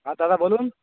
হ্যাঁ দাদা বলুন